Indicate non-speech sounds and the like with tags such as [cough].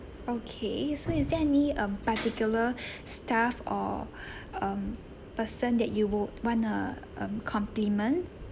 okay so is there any um particular [breath] staff or [breath] um person that you wo~ want to um compliment